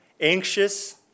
anxious